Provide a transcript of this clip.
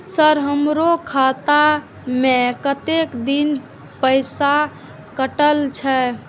Sir हमारो खाता में कतेक दिन पैसा कटल छे?